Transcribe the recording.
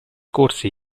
corsi